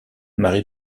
marie